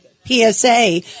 PSA